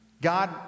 God